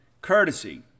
courtesy